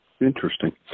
interesting